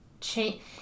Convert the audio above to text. change